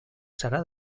serà